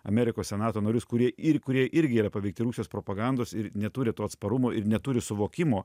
amerikos senato narius kurie ir kurie irgi yra paveikti rusijos propagandos ir neturi to atsparumo ir neturi suvokimo